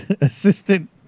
assistant